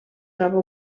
troba